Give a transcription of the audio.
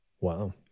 Wow